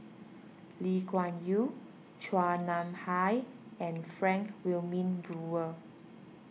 Lee Kuan Yew Chua Nam Hai and Frank Wilmin Brewer